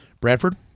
Bradford